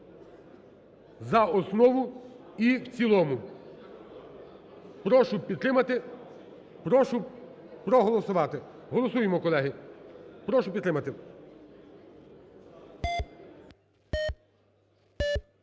за основу і в цілому. Прошу підтримати, прошу проголосувати, голосуємо колеги, прошу підтримати.